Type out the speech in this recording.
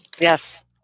yes